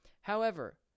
However